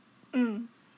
mm